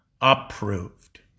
approved